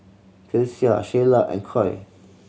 Kelsea Sheyla and Coy